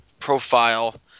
profile